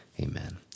Amen